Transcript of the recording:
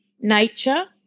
nature